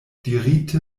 dirite